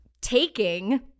taking